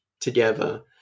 together